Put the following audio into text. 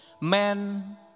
Man